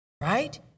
right